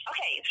Okay